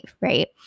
right